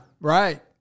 right